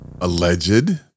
alleged